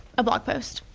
a blog post.